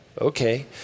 Okay